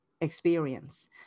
experience